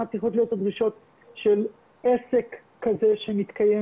מה צריכות להיות הדרישות של עסק כזה שמתקיים,